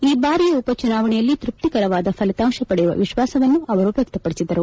ಈ ಬಾರಿಯ ಉಪ ಚುನಾವಣೆಯಲ್ಲಿ ತೃಪ್ತಿಕರವಾದ ಫಲಿತಾಂಶ ಪಡೆಯುವ ವಿಶ್ವಾಸವನ್ನು ಅವರು ವ್ಯಕ್ತಪಡಿಸಿದರು